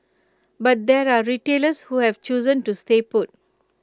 but there are retailers who have chosen to stay put